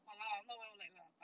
!walao! I am not well liked lah but